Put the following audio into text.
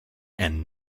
and